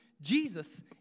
Jesus